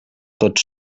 tots